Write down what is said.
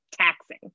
taxing